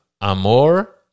amor